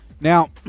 Now